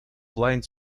blind